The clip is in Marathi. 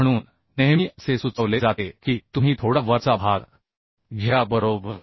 म्हणून नेहमी असे सुचवले जाते की तुम्ही थोडा वरचा भाग घ्या बरोबर